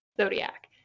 zodiac